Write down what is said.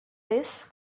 this